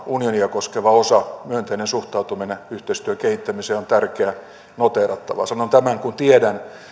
unionia koskeva osa myönteinen suhtautuminen yhteistyön kehittämiseen on tärkeää ja noteerattavaa sanon tämän kun tiedän